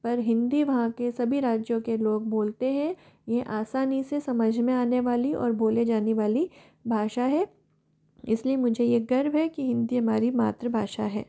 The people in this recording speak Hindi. पर हिन्दी वहाँ के सभी राज्यों के लोग बोलते हैं ये आसानी से समझ में आने वाली और बोले जाने वाली भाषा है इसलिए मुझे यह गर्व है कि हिन्दी हमारी मातृभाषा है